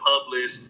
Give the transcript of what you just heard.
publish